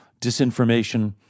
disinformation